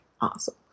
awesome